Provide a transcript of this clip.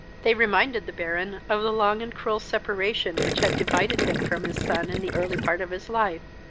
they reminded the baron of the long and cruel separation which had divided him from his son in the early part of his life,